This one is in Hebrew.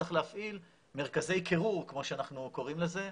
צריך להפעיל מרכזי קירור כמו שאנחנו קוראים לזה.